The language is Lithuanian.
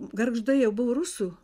gargždai jau buvo rusų